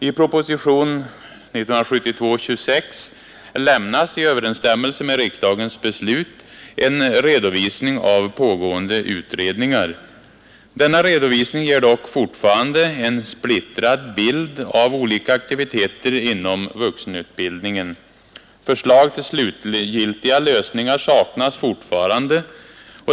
I propositionen 26 lämnas i år i överensstämmelse med riksdagens beslut en redovisning av pågående utredningar. Denna redovisning ger dock fortfarande en splittrad bild av olika aktiviteter inom vuxenutbildningen. Förslag till slutgiltiga lösningar saknas fortfarande.